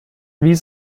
wie